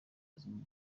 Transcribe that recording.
buzima